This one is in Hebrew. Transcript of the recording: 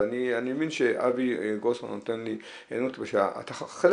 ואני מבין שאבי גרוסמן נותן לי --- חלק